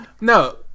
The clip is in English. No